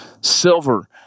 silver